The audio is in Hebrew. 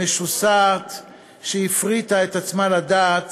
משוסעת, שהפריטה את עצמה לדעת